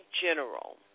General